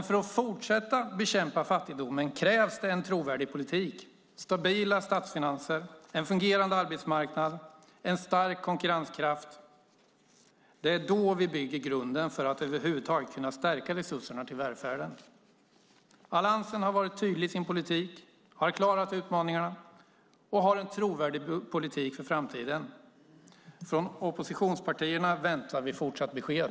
För att fortsätta att bekämpa fattigdomen krävs en trovärdig politik, stabila statsfinanser, en fungerande arbetsmarknad och en stark konkurrenskraft. Då bygger vi grunden för att över huvud taget kunna stärka resurserna till välfärden. Alliansen har varit tydlig i sin politik. Man har klarat utmaningarna och man har en trovärdig politik för framtiden. Från oppositionspartierna väntar vi fortsatt besked.